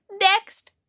next